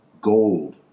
gold